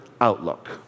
outlook